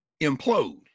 implode